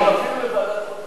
תעבירו לוועדת חוץ וביטחון.